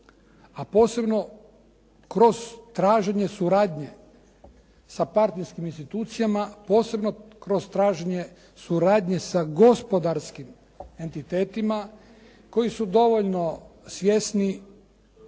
a posebno kroz traženje suradnje sa partnerskim institucijama posebno kroz traženje suradnje sa gospodarskim entitetima koji su dovoljno svjesni